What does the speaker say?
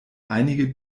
einige